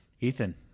Ethan